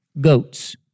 goats